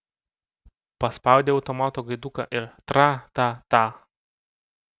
paspaudei automato gaiduką ir tra ta ta